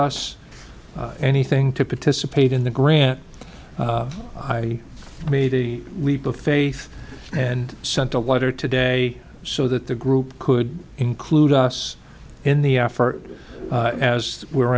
us anything to participate in the grant i made a leap of faith and sent a letter today so that the group could include us in the effort as we